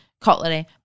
cutlery